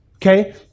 Okay